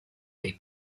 dei